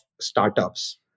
startups